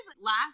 last